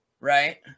right